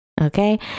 Okay